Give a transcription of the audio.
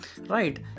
Right